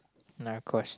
Narcos